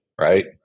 right